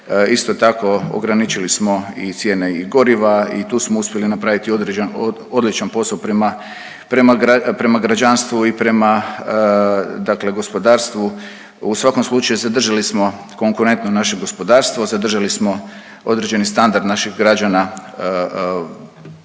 Isto tako ograničili smo i cijene i goriva i tu smo uspjeli napraviti određen, odličan posao prema, prema gra…, prema građanstvu i prema dakle gospodarstvu, u svakom slučaju zadržali smo konkurentno naše gospodarstvo, zadržali smo određeni standard naših građana